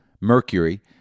Mercury